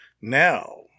Now